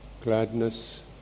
gladness